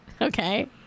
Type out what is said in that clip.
Okay